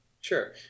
Sure